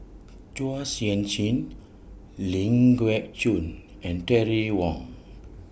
Chua Sian Chin Ling Geok Choon and Terry Wong